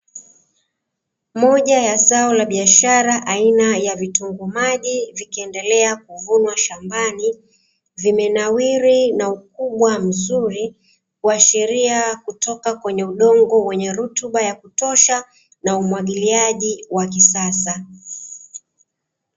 Moja ya zao la biashara aina ya vitunguu maji vikiendelea kunwa shambani, vimenawiri vikiashiria kutoka kwenye rutuba ya udongo wenye rutuba ya kutosha na umwagiliaji wa kisasa.